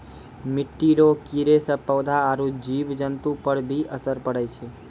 मिट्टी रो कीड़े से पौधा आरु जीव जन्तु पर भी असर पड़ै छै